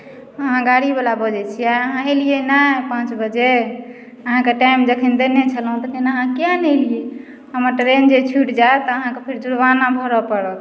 अहाँ गाड़ीवला बजैत छियै अहाँ एलियै नहि पाँच बजे अहाँके टाइम जखन देने छलहुँ तखन अहाँ किया नहि एलियै हमर ट्रेन जे छूटि जायत तऽ अहाँकेँ फेर जुर्माना भरय पड़त